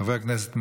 חבר הכנסת מלול,